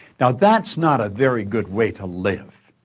now, that's not a very good way to live,